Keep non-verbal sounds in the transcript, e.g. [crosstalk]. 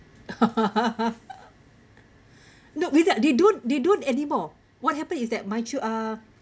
[laughs] no wildah they don't they don't anymore what happens is that my chil~ uh